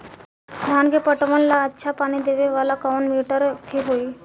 धान के पटवन ला अच्छा पानी देवे वाला कवन मोटर ठीक होई?